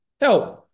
help